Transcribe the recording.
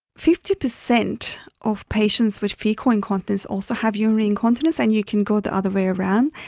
fifty percent of patients with faecal incontinence also have urinary incontinence, and you can go the other way around.